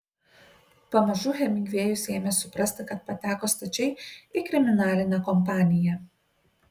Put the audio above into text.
pamažu hemingvėjus ėmė suprasti kad pateko stačiai į kriminalinę kompaniją